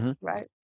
right